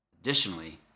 Additionally